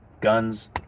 guns